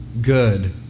good